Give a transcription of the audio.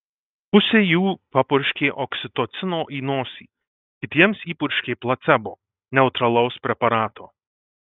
pusei jų papurškė oksitocino į nosį kitiems įpurškė placebo neutralaus preparato